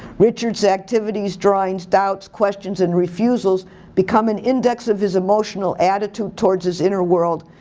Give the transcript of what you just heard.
richard's activities, drawings, doubts, questions and refusals become an index of his emotional attitude toward his inner world,